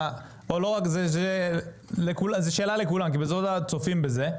זה שאלה לכולם, כי בסופו של דבר צופים בזה.